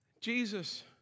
Jesus